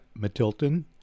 Matilton